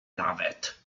nawet